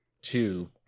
two